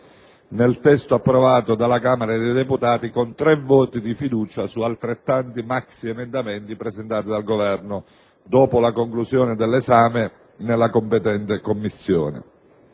nel testo approvato dalla Camera dei deputati con tre voti di fiducia su altrettanti maxiemendamenti presentati dal Governo, dopo la conclusione dell'esame nella competente Commissione.